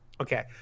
Okay